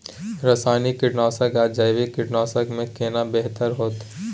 रसायनिक कीटनासक आ जैविक कीटनासक में केना बेहतर होतै?